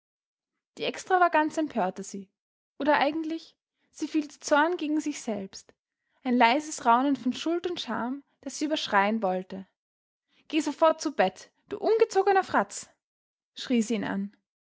die extravaganz empörte sie oder eigentlich sie fühlte zorn gegen sich selbst ein leises raunen von schuld und scham das sie überschreien wollte geh sofort zu bett du ungezogener fratz schrie sie ihn an